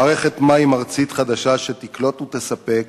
מערכת מים ארצית חדשה שתקלוט ותספק